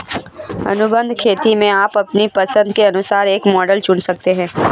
अनुबंध खेती में आप अपनी पसंद के अनुसार एक मॉडल चुन सकते हैं